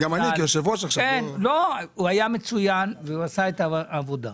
והוא עשה את העבודה.